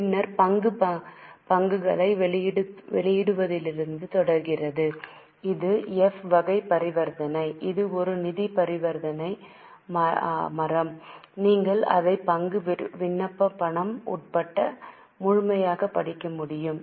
பின்னர் பங்கு பங்குகளை வெளியிடுவதிலிருந்து தொடர்கிறது இது எஃப் வகை பரிவர்த்தனை இது ஒரு நிதி பரிவர்த்தனை மரம் நீங்கள் அதை பங்கு விண்ணப்ப பணம் உட்பட முழுமையாக படிக்க முடியும்